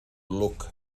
look